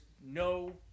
no